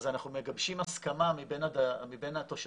אז אנחנו מגבשים הסכמה מבין התושבים,